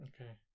okay